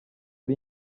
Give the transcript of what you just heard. ari